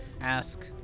ask